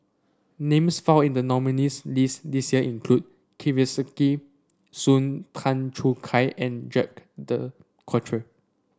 names found in the nominees' list this year include Kesavan Soon Tan Choo Kai and Jacques De Coutre